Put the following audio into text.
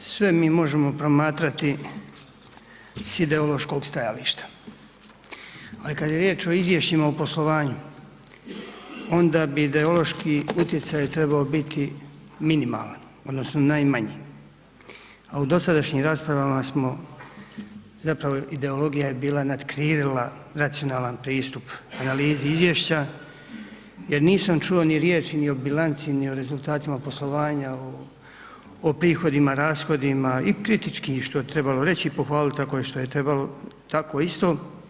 Sve mi možemo promatrati s ideološkog stajališta, ali kada je riječ o izvješćima o poslovanju onda vi ideološki utjecaj trebao biti minimalan odnosno najmanji, a u dosadašnjim rasprava smo zapravo ideologija je bila natkrilila racionalan pristup analizi izvješća jer nisam čuo ni riječi ni o bilanci ni o rezultatima poslovanja, o prihodima, rashodima i kritički što bi trebalo reći i pohvaliti što je trebalo tako isto.